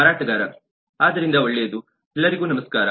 ಮಾರಾಟಗಾರ ಆದ್ದರಿಂದ ಒಳ್ಳೆಯದು ಎಲ್ಲರಿಗೂ ನಮಸ್ಕಾರ